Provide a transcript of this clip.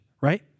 right